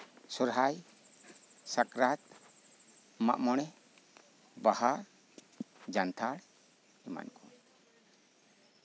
ᱥᱚᱨᱦᱟᱭ ᱥᱟᱠᱨᱟᱛ ᱢᱟᱜ ᱢᱚᱲᱮ ᱵᱟᱦᱟ ᱡᱟᱱᱛᱷᱟᱲ